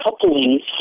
couplings